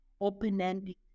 open-ended